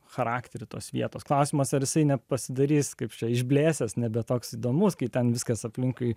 charakterio tos vietos klausimas ar jisai nepasidarys kaip išblėsęs nebe toks įdomus kai ten viskas aplinkui